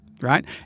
right